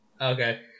Okay